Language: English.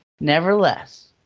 Nevertheless